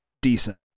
decent